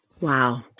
Wow